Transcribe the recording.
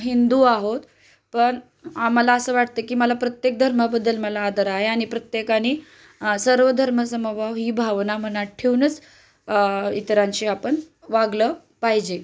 हिंदू आहोत पण आम्हाला असं वाटतं की मला प्रत्येक धर्माबद्दल मला आदर आ आहे आणि प्रत्येकानी सर्व धर्म समभाव ही भावना मनात ठेवूनच इतरांशी आपण वागलं पाहिजे